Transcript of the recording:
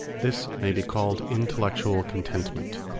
this may be called intellectual contentment.